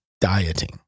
dieting